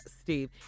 Steve